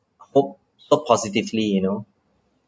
hope hope positively you know